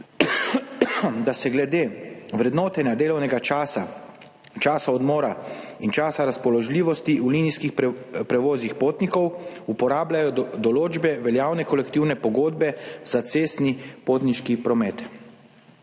da se glede vrednotenja delovnega časa, časa odmora in časa razpoložljivosti v linijskih prevozih potnikov uporabljajo določbe veljavne kolektivne pogodbe za cestni potniški promet.